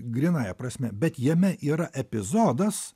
grynąja prasme bet jame yra epizodas